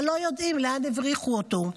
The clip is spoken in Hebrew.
אבל לא יודעים לאן הבריחו אותו.